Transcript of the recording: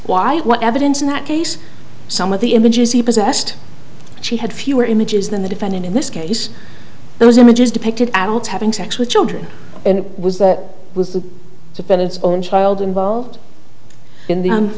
why what evidence in that case some of the images he possessed she had fewer images than the defendant in this case those images depicted adults having sex with children and it was that was the defendant's own child involved in